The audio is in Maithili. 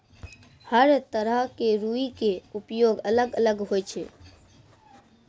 हर तरह के रूई के उपयोग अलग अलग होय छै